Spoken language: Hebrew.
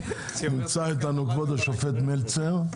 נמצא איתנו כבוד השופט מלצר,